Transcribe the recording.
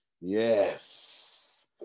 Yes